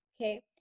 okay